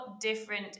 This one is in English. different